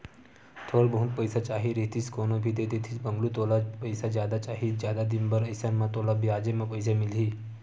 थोर बहुत पइसा चाही रहितिस कोनो भी देतिस मंगलू तोला पइसा जादा चाही, जादा दिन बर अइसन म तोला बियाजे म पइसा मिलही